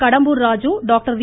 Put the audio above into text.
Kadambur Raju doctor we